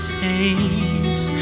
face